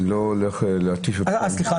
אני לא הולך להתיש אתכם.